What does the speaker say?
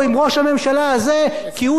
כי הוא יכול להתנכל לנו.